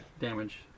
damage